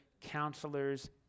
counselors